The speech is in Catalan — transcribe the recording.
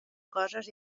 coses